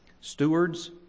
stewards